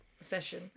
session